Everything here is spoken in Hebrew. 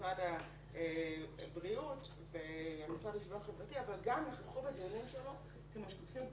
משרד הבריאות והמשרד לשוויון חברתי אבל גם ה --- כמשקיפים קבועים,